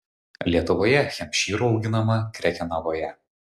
lietuvoje hempšyrų auginama krekenavoje